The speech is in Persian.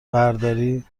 برداری